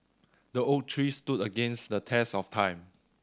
the oak tree stood against the test of time